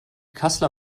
kassler